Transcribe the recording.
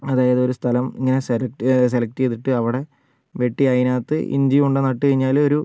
അതായത് ഒരു സ്ഥലം ഇങ്ങനെ സെലക്ട് സെലക്ട് ചെയ്തിട്ട് അവിടെ വെട്ടി അതിനകത്ത് ഇഞ്ചി കൊണ്ട് നട്ടു കഴിഞ്ഞാൽ ഒരു